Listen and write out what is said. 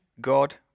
God